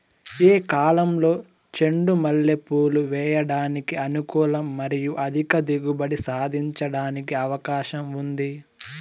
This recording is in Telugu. ఏ కాలంలో చెండు మల్లె పూలు వేయడానికి అనుకూలం మరియు అధిక దిగుబడి సాధించడానికి అవకాశం ఉంది?